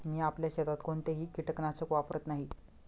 मी आपल्या शेतात कोणतेही कीटकनाशक वापरत नाही